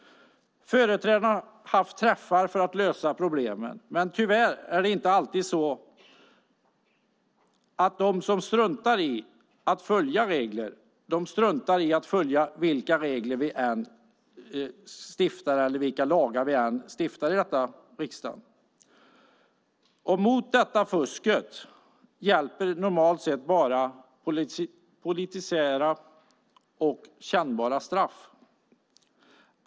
Företrädarna har haft träffar för att lösa problemen, men de som struntar i att följa reglerna gör detta vilka regler vi än inför och vilka lagar vi än stiftar här i riksdagen. Mot detta fusk hjälper normalt sett bara polisiära insatser och kännbara straff.